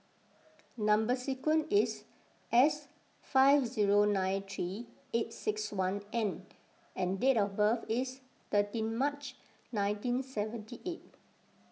Number Sequence is S five zero nine three eight six one N and date of birth is thirteen March nineteen seventy eight